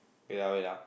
wait ah wait ah